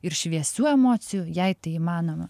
ir šviesių emocijų jei tai įmanoma